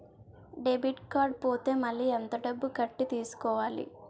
Debit card పోతే మళ్ళీ ఎంత డబ్బు కట్టి తీసుకోవాలి?